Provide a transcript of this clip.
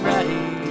Ready